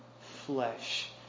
flesh